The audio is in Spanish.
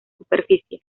superficie